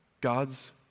God's